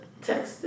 texted